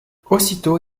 aussitôt